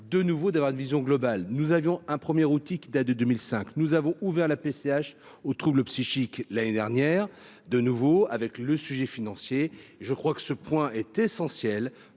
de nouveau d'avoir une vision globale, nous avions un premier outil qui date de 2005, nous avons ouvert la PCH aux troubles psychiques, l'année dernière de nouveau avec le sujet financier, je crois que ce point est essentiel